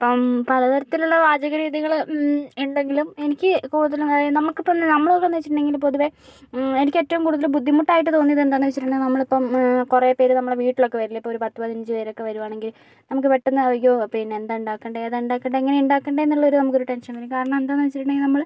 ഇപ്പം പല തരത്തിലുള്ള പാചക രീതികൾ ഉണ്ടെങ്കിലും എനിക്ക് കൂടുതലായി നമുക്കിപ്പം എന്നു നമ്മളെന്നു വെച്ചിട്ടുണ്ടെങ്കിൽ പൊതുവേ എനിക്ക് ഏറ്റവും കൂടുതൽ ബുദ്ധിമുട്ടായിട്ട് തോന്നിയത് എന്താണെന്നു വെച്ചിട്ടുണ്ടെങ്കിൽ നമ്മളിപ്പം കുറേ പേര് നമ്മളുടെ വീട്ടിലൊക്കെ വരില്ലേ ഒരു പത്തു പതിനഞ്ച് പേരൊക്കെ വരികയാണെങ്കിൽ നമുക്ക് പെട്ടെന്ന് അയ്യോ പിന്നെ എന്താണ് ഉണ്ടാക്കണ്ടേ ഏതാണ് ഉണ്ടാക്കണ്ടേ എങ്ങനെയാണ് ഉണ്ടാക്കണ്ടേയെന്ന് എന്നുള്ളൊരു നമുക്കൊരു ടെൻഷൻ വരും കാരണം എന്താണെന്നു വെച്ചിട്ടുണ്ടെങ്കിൽ നമ്മൾ